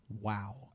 Wow